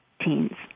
teens